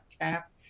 cap